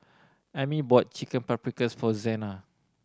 Ammie bought Chicken Paprikas for Zena